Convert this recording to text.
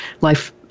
life